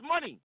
money